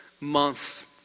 months